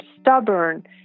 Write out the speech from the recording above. stubborn